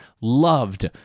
loved